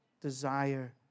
desire